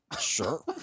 Sure